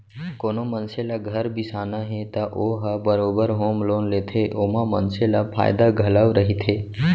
कोनो मनसे ल घर बिसाना हे त ओ ह बरोबर होम लोन लेथे ओमा मनसे ल फायदा घलौ रहिथे